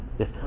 yes